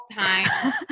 time